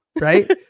Right